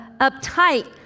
uptight